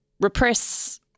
repress